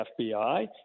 FBI